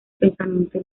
pensamiento